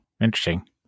interesting